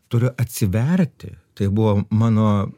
turiu atsiverti tai buvo mano